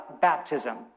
baptism